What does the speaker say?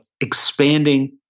expanding